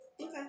Okay